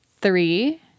three